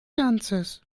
ganzes